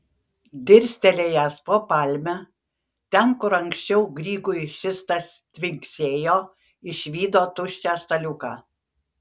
dirstelėjęs po palme ten kur anksčiau grygui šis tas tvinksėjo išvydo tuščią staliuką